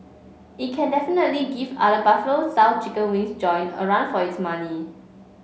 it can definitely give other Buffalo style chicken wings joint a run for its money